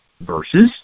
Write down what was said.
versus